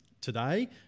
today